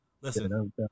Listen